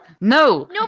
No